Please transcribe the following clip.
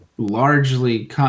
largely